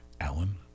Alan